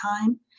time